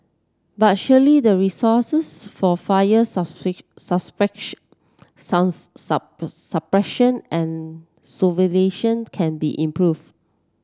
but surely the resources for fire suppression and can be improved